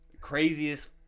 Craziest